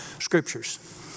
Scriptures